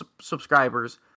subscribers